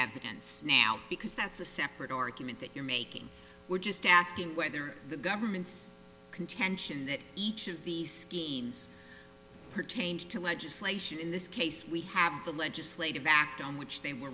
evidence now because that's a separate or commit that you're making we're just asking whether the government's contention that each of these schemes pertained to legislation in this case we have the lead slave act on which they were